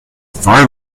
far